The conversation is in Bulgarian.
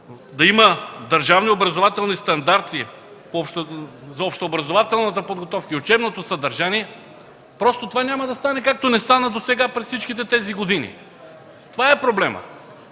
да има държавни образователни стандарти за общообразователната подготовка и учебното съдържание, това няма да стане, както не стана досега през всичките тези години! Това е проблемът.